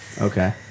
okay